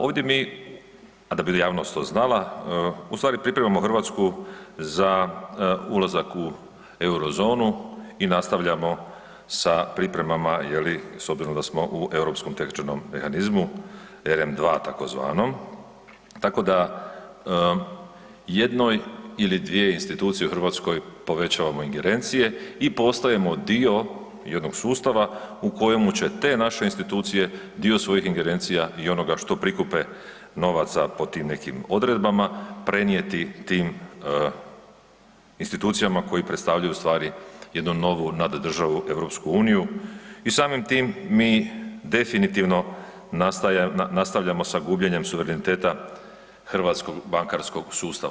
Ovdje mi, a da bi jasnost to znala, ustvari pripremamo Hrvatsku za ulazak u Eurozonu i nastavljamo sa pripremama, je li, s obzirom da smo u europskom tečajnom mehanizmu, ERM 2 tzv., tako da, jednoj ili dvije institucije u Hrvatskoj povećavamo ingerencije i postajemo dio jednog sustava u kojemu će te naše institucije dio svojih ingerencija i onoga što prikupe novaca po tim nekim odredbama, prenijeti tim institucijama koje predstavljaju ustvari jednu novu naddržavu EU i samim time mi definitivno nastavljamo sa gubljenjem suvereniteta hrvatskog bankarskog sustava.